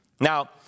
Now